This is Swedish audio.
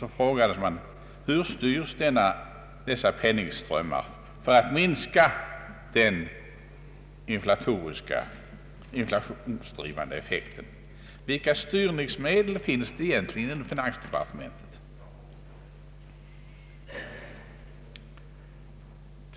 Så frågade man: Hur styrs dessa penningströmmar för att minska den inflationsdrivande effekten? Vilka styrningsmedel finns det egentligen inom finansdepartementet?